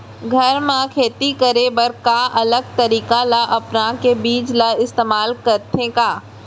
घर मे खेती करे बर का अलग तरीका ला अपना के बीज ला इस्तेमाल करथें का?